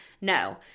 No